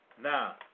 now